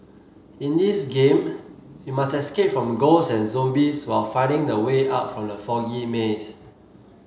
in this game you must escape from ghosts and zombies while finding the way out from the foggy maze